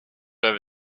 over